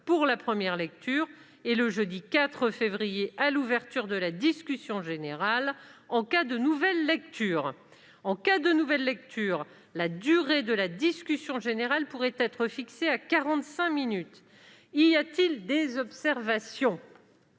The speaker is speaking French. pour la première lecture, et le jeudi 4 février à l'ouverture de la discussion générale en cas de nouvelle lecture. En cas de nouvelle lecture, la durée de la discussion générale pourrait être fixée à quarante-cinq minutes. Y a-t-il des observations ?